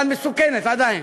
אבל מסוכנת עדיין.